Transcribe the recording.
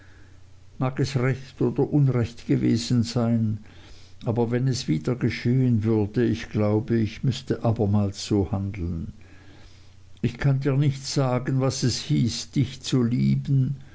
mag es recht oder unrecht gewesen sein aber wenn es wieder geschehen würde ich glaube ich müßte abermals so handeln ich kann dir nicht sagen was es hieß dich zu lieben